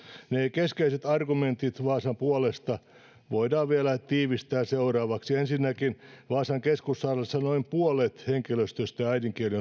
keskeiset argumentit vaasan puolesta voidaan vielä tiivistää seuraavasti ensinnäkin vaasan keskussairaalassa noin puolella henkilöstöstä äidinkieli